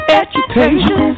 education